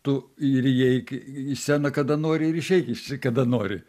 tu ir įeik į sceną kada nori ir išeik iš kada nori